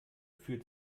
fühlt